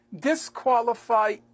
disqualify